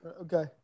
Okay